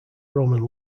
roman